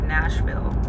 Nashville